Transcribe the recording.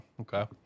Okay